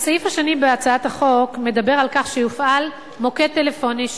הסעיף השני של הצעת החוק מדבר על כך שיופעל מוקד טלפוני,